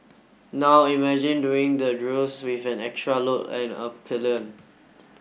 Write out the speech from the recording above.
now imagine doing the drills with an extra load and a pillion